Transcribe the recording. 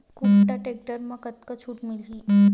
कुबटा टेक्टर म कतका छूट मिलही?